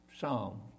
Psalm